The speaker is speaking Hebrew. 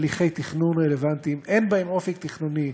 הליכי תכנון רלוונטיים, אין בהם אופק תכנוני.